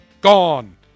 gone